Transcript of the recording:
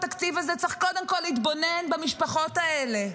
התקציב הזה צריך קודם כול להתבונן במשפחות האלה,